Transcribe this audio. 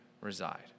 reside